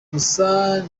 gusa